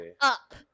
up